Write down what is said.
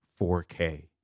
4K